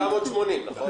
980, נכון?